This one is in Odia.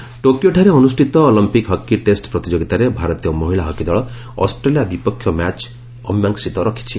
ହକି ଟୋକିଓଠାରେ ଅନୁଷ୍ଠିତ ଅଲମ୍ପିକ୍ ହକି ଟେଷ୍ଟ ପ୍ରତିଯୋଗିତାରେ ଭାରତୀୟ ମହିଳା ହକି ଦଳ ଅଷ୍ଟ୍ରେଲିଆ ବିପକ୍ଷ ମ୍ୟାଚ୍ ଅମିମାସିତ ରହିଛି